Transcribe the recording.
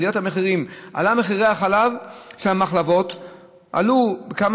עלו מחירי החלב של המחלבות בכמה